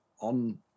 on